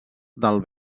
del